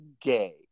gay